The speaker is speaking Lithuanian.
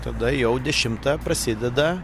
tada jau dešimtą prasideda